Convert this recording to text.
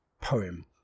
Poem